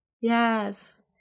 Yes